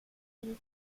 vill